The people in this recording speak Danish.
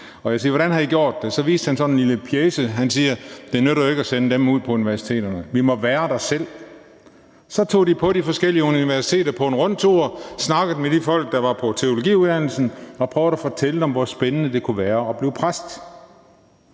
Jeg spurgte, hvordan de havde gjort det. Og så viste han sådan en lille pjece og sagde: Det nytter jo ikke at sende dem ud på universiteterne, vi må være der selv. Så tog de på en rundtur til de forskellige universiteter og snakkede med de folk, der var på teologiuddannelsen og prøvede at fortælle om, hvor spændende det kunne være at blive præst.